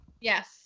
Yes